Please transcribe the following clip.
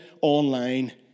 online